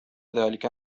ذلك